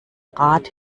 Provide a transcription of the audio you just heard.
rad